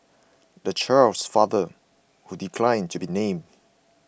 the child's father who declined to be named